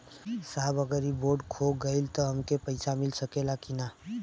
साहब अगर इ बोडखो गईलतऽ हमके पैसा मिल सकेला की ना?